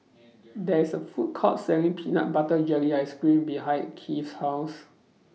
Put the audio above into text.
There IS A Food Court Selling Peanut Butter Jelly Ice Cream behind Keith House